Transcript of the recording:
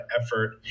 effort